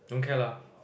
don't care lah